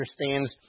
understands